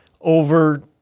over